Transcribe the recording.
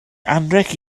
anrheg